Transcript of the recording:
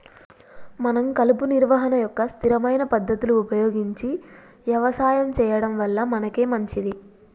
మనం కలుపు నిర్వహణ యొక్క స్థిరమైన పద్ధతులు ఉపయోగించి యవసాయం సెయ్యడం వల్ల మనకే మంచింది